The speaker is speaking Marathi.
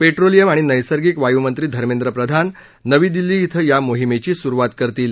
पेट्रोलियम आणि नैसर्गिक वायू मंत्री धर्मेंद्र प्रधान नवी दिल्ली क्वें या मोहिमेची सुरुवात करतील